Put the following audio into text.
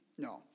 No